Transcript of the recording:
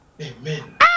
Amen